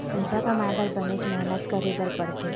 पइसा कमाए बर बनेच मेहनत करे बर पड़थे